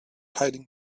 hiding